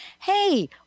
hey